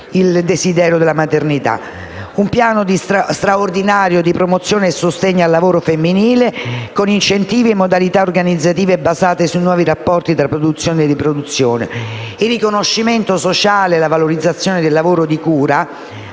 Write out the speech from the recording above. il desiderio della maternità. Chiediamo, inoltre, un piano straordinario di promozione e sostegno al lavoro femminile con incentivi e modalità organizzative basate sui nuovi rapporti tra produzione e riproduzione, nonché il riconoscimento sociale e la valorizzazione del lavoro di cura